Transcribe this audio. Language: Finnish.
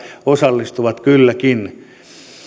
osallistuvat kylläkin